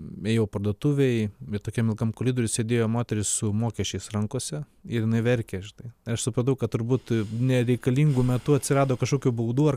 ėjau parduotuvėj ir tokiam ilgam koridoriuj sėdėjo moteris su mokesčiais rankose ir jinai verkė žinai aš supratau kad turbūt nereikalingu metu atsirado kažkokių baudų ar